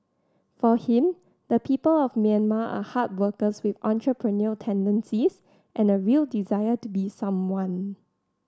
for him the people of Myanmar are hard workers with entrepreneurial tendencies and a real desire to be someone